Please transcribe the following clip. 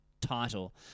title